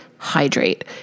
hydrate